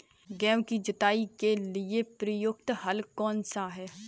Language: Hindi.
गेहूँ की जुताई के लिए प्रयुक्त हल कौनसा है?